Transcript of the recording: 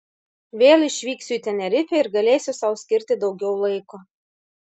vėl išvyksiu į tenerifę ir galėsiu sau skirti daugiau laiko